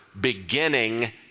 beginning